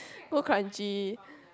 go Kranji